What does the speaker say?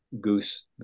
goose